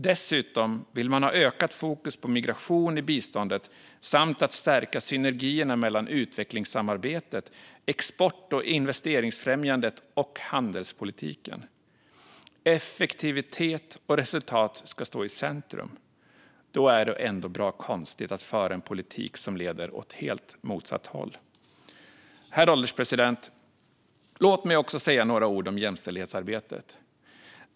Dessutom vill man ha ökat fokus på migration i biståndet samt stärka synergierna mellan utvecklingssamarbetet, export och investeringsfrämjandet och handelspolititiken. Effektivitet och resultat ska stå i centrum. Då är det ändå bra konstigt att föra en politik som leder åt helt motsatt håll. Herr ålderspresident! Låt mig också säga några ord om jämställdhetsarbetet.